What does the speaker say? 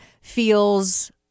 feels